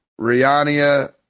Rihanna